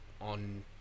on